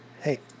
Hey